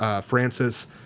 Francis